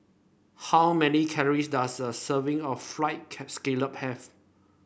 how many calories does a serving of fried scallop have